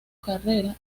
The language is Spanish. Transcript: carrera